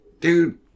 dude